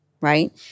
right